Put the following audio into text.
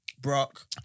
Brock